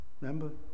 remember